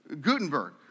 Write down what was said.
Gutenberg